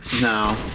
no